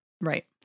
Right